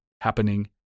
Happening